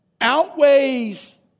outweighs